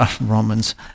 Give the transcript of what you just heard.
Romans